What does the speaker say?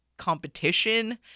competition